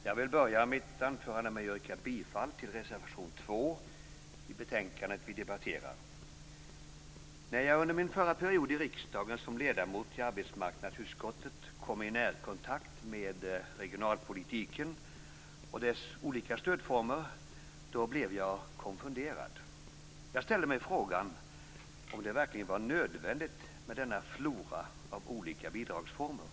Fru talman! Jag vill börja mitt anförande med att yrka bifall till reservation 2 i det betänkande som vi nu debatterar. När jag under min förra period i riksdagen som ledamot i arbetsmarknadsutskottet kom i närkontakt med regionalpolitiken och dess olika stödformer blev jag konfunderad. Jag ställde mig frågan om det verkligen var nödvändigt med denna flora av olika bidragsformer.